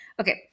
Okay